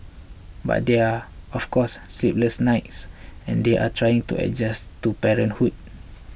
but there are of course sleepless nights and they are trying to adjust to parenthood